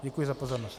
Děkuji za pozornost.